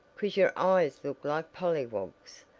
cause your eyes look like polly-wogs.